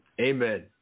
Amen